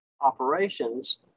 operations